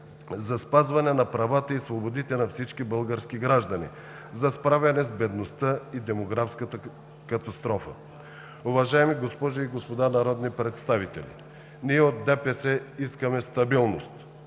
за спазване на правата и свободите на всички български граждани, за справяне с бедността и демографската катастрофа. Уважаеми госпожи и господа народни представители, ние от ДПС искаме стабилност